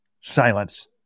Silence